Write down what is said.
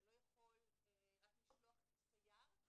אתה לא יכול רק לשלוח סייר,